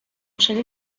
شده